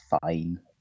fine